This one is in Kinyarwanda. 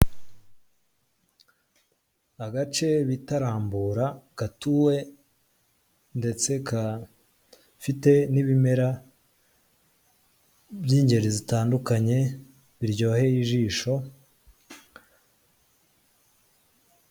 Agace bita Rambura gatuwe ndetse gafite n'ibimera by'ingeri zitandukanye biryoheye ijisho.